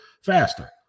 faster